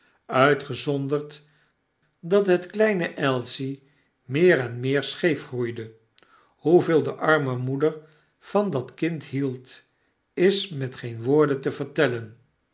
uitgezonderd dat het kleine ailsie meer en meer scheef groeide hoeveel de arme moeder van dat kind hield is met geen woorden te vertellen